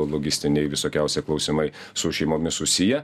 logistiniai visokiausi klausimai su šeimomis susiję